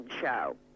show